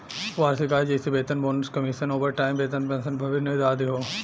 वार्षिक आय जइसे वेतन, बोनस, कमीशन, ओवरटाइम वेतन, पेंशन, भविष्य निधि आदि हौ